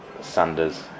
Sanders